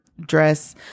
dress